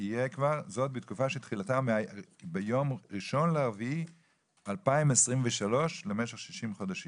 "זאת בתקופה של תחילת ביום 1.4.2023 למשך 60 חודשים".